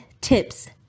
tips